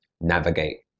navigate